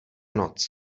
noc